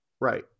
right